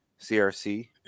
CRC